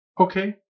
okay